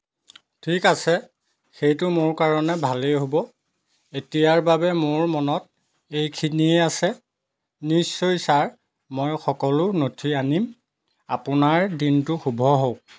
ঠিক আছে সেইটো মোৰ কাৰণে ভালেই হ'ব এতিয়াৰ বাবে মোৰ মনত এইখিনিয়েই আছে নিশ্চয় ছাৰ মই সকলো নথি আনিম আপোনাৰ দিনটো শুভ হওক